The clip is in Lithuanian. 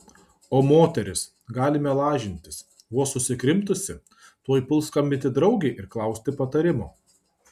o moteris galime lažintis vos susikrimtusi tuoj puls skambinti draugei ir klausti patarimo